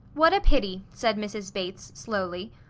what a pity! said mrs. bates, slowly.